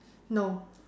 no